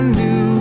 new